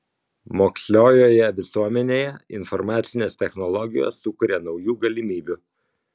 moksliojoje visuomenėje informacinės technologijos sukuria naujų galimybių